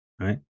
right